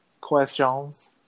questions